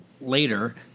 later